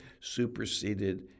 superseded